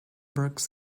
works